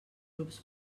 grups